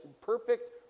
perfect